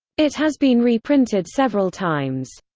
it has been reprinted several times.